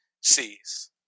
sees